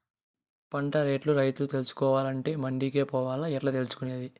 పంట రేట్లు రైతుకు తెలియాలంటే మండి కే పోవాలా? ఎట్లా తెలుసుకొనేది?